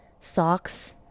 socks